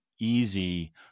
easy